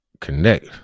Connect